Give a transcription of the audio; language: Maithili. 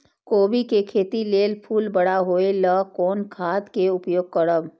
कोबी के खेती लेल फुल बड़ा होय ल कोन खाद के उपयोग करब?